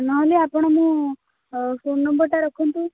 ନହେଲେ ଆପଣ ମୋ ଫୋନ୍ ନମ୍ୱର୍ଟା ରଖନ୍ତୁ